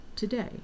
today